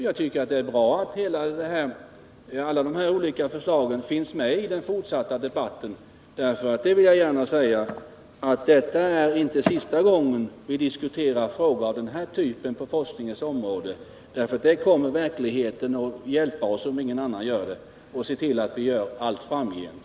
Jag tycker att det är bra att alla de olika förslagen finns med i den fortsatta debatten, för jag är övertygad om att detta är inte sista gången vi diskuterar frågor av den här typen på forskningens område. Verkligheten kommer att hjälpa oss, om ingen annan gör det, att se till att vi diskuterar dem allt framgent.